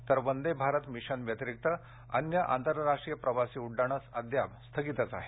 तर वंदे भारत मिशन व्यतिरिक्त अन्य आंतरराष्ट्रीय प्रवासी उड्डाणं अद्याप स्थगितच आहेत